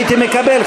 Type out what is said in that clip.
הייתי מקבל,